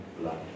blood